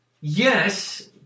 Yes